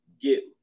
get